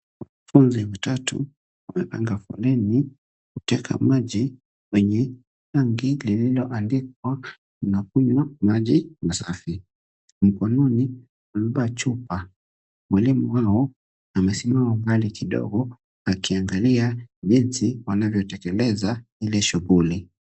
Wanafunzi watatu wamepanga foleni wakiweka maji kwenye tanki lililoandikwa-unakunywa maji masafi- mkononi wamebeba chupa, mwalimu wao amesimama mbali kidogo akiangalia jinsi wanavyotekeleza ile shughuli.